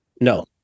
no